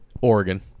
Oregon